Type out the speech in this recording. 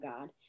God